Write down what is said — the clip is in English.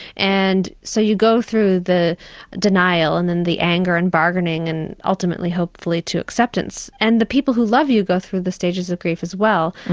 so you go through the denial and then the anger and bargaining and ultimately hopefully to acceptance. and the people who love you go through the stages of grief as well.